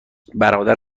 برادر